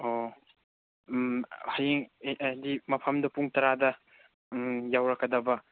ꯑꯣ ꯎꯝ ꯍꯌꯦꯡ ꯍꯥꯏꯗꯤ ꯃꯐꯝꯗꯣ ꯄꯨꯡ ꯇꯔꯥꯗ ꯎꯝ ꯌꯧꯔꯛꯀꯗꯕ